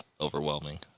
overwhelming